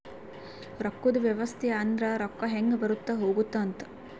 ರೊಕ್ಕದ್ ವ್ಯವಸ್ತೆ ಅಂದ್ರ ರೊಕ್ಕ ಹೆಂಗ ಬರುತ್ತ ಹೋಗುತ್ತ ಅಂತ